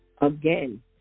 Again